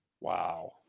Wow